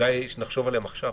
כדאי שנחשוב עליהן עכשיו,